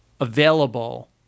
available